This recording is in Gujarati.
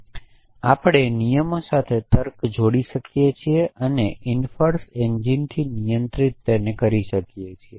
તેથી આપણે નિયમો સાથે તર્કને જોડી શકીએ છીએ અને ઇન્ફર્ન્સ એન્જિનથી નિયંત્રણ કરી શકીએ છીએ